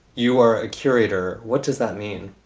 you are a curator. what does that mean?